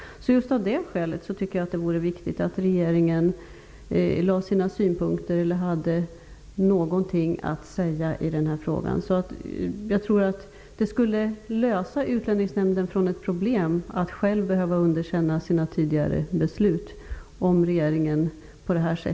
Av just det skälet tycker jag att det vore bra om regeringen hade något att säga i frågan. Om regeringen kunde skapa ny praxis i frågan tror jag att det skulle lösa Utlänningsnämndens problem att själv behöva underkänna sina tidigare beslut.